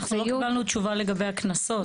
כן, אבל לא קיבלנו תשובה לגבי הקנסות.